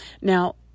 Now